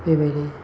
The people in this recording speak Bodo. बेबायदि